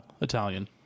Italian